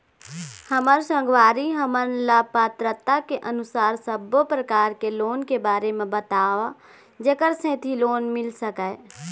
हमर संगवारी हमन ला पात्रता के अनुसार सब्बो प्रकार के लोन के भरे बर बताव जेकर सेंथी लोन मिल सकाए?